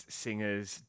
singers